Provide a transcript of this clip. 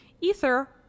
Ether